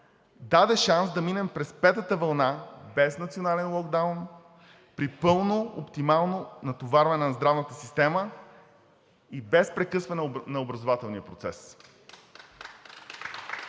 даде шанс да минем през петата вълна без национален локдаун, при пълно оптимално натоварване на здравната система и без прекъсване на образователния процес.